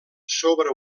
sobre